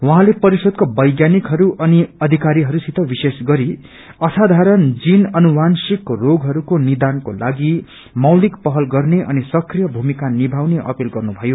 उहाँले परिषदको वैज्ञानिकहरू अनि अधिकारीहरूसित विशेष गरी असाधारण जीन अनुपांशिक रोगहरूको निदानको लागि भूमिका पहल गर्ने अनि सक्रिय भूमिका निभाउने अपील गर्नुभयो